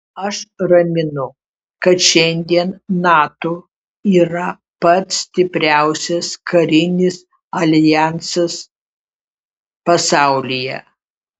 aš raminu kad šiandien nato yra pats stipriausias karinis aljansas pasaulyje